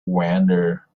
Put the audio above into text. wander